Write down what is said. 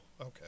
okay